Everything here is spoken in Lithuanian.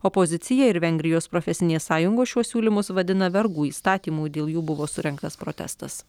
opozicija ir vengrijos profesinės sąjungos šiuos siūlymus vadina vergų įstatymu dėl jų buvo surengtas protestas